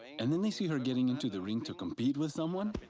and then they see her getting into the ring to compete with someone,